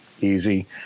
easy